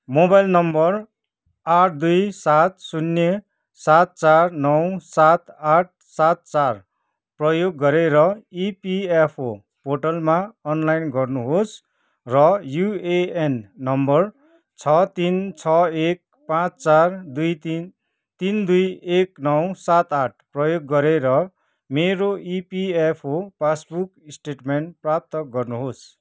mobile number आठ दुई सात शून्य सात चार नौ सात आठ सात चार प्रयोग गरेर इपिएफओ पोर्टलमा अनलाइन गर्नुहोस् र युएएन नम्बर छ तिन छ एक पाँच चार दुई तिन तिन दुई एक नौ सात आठ प्रयोग गरेर मेरो इपिएफओ पासबुक स्टेटमेन्ट प्राप्त गर्नुहोस्